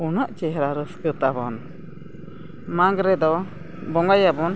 ᱩᱱᱟᱹᱜ ᱪᱮᱦᱨᱟ ᱨᱟᱹᱥᱠᱟᱹ ᱛᱟᱵᱚᱱ ᱢᱟᱜᱽ ᱨᱮᱫᱚ ᱵᱚᱸᱜᱟᱭᱟᱵᱚᱱ